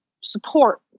support